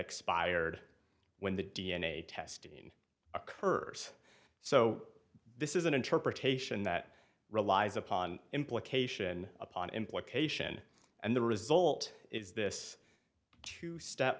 expired when the d n a testing occurs so this is an interpretation that relies upon implication upon implication and the result is this two step